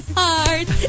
heart